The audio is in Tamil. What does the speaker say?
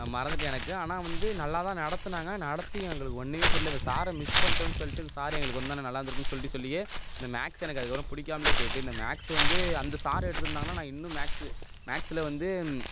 நான் மறந்துவிட்டேன் எனக்கு ஆனால் வந்து நல்லா தான் நடத்துனாங்க நடத்தியும் எங்களுக்கு ஒன்றுமே புர்யல இந்த சாரை மிஸ் பண்ணிடோன் சொல்லிட்டு இந்த சார் எங்களுக்கு வந்தா இன்னும் நல்லா இருந்துருக்கும் சொல்லிட்டு சொல்லியே இந்த மேக்ஸு எனக்கு அதுக்கப்புறோம் பிடிக்காமலே போயிவிட்டு இந்த மேக்ஸு வந்து அந்த சாரு எடுத்துருந்தாங்கன்னா நான் இன்னும் மேக்ஸு மேக்ஸில் வந்து